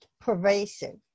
pervasive